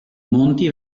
monti